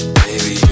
baby